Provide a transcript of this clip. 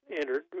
entered